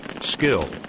Skill